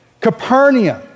Capernaum